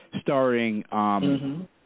starring